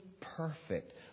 perfect